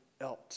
else